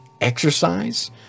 exercise